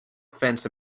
fence